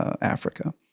Africa